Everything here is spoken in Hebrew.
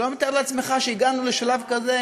אתה לא מתאר לעצמך שהגענו לשלב כזה